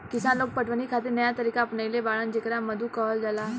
किसान लोग पटवनी खातिर नया तरीका अपनइले बाड़न जेकरा मद्दु कहल जाला